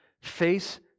face